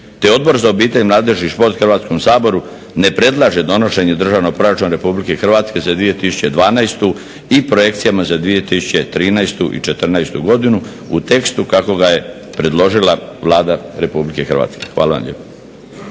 te Odbor za obitelj, mladež i sport Hrvatskom saboru ne predlaže donošenje Državnog proračuna RH za 2012.godinu i projekcijama za 2013. i 2014. godinu u tekstu kako ga je predložila Vlada RH. Hvala vam lijepa.